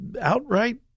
outright